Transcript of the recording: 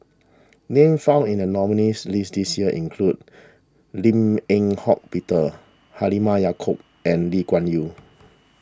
names found in the nominees' list this year include Lim Eng Hock Peter Halimah Yacob and Lee Kuan Yew